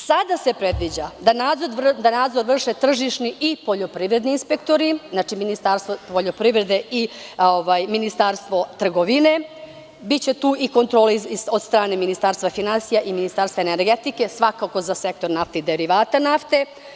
Sada se predviđa da nadzor vrše poljoprivredni i tržišni inspektori, Ministarstvo poljoprivrede i Ministarstvo trgovine, biće tu i kontrole od strane Ministarstva finansija i Ministarstva energetike, svakako za sektor naftnih derivata nafte.